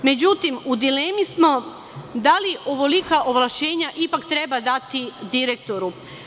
Međutim, u dilemi smo da li ovolika ovlašćenja ipak treba dati direktoru.